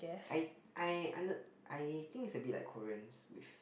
I I and I I think is abit like Koreans with